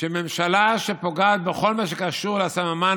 שממשלה שפוגעת בכל מה שקשור לסממן,